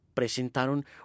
presentaron